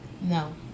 No